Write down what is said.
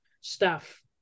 staff